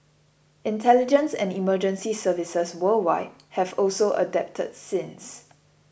intelligence and emergency services worldwide have also adapted since